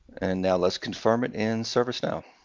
and now let's confirm it in servicenow,